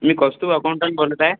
मी Kaustubh accountant बोलत आहे